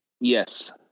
Yes